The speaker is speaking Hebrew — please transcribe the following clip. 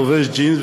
לובש ג'ינס,